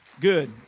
Good